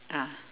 ah